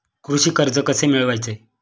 कृषी कर्ज कसे मिळवायचे?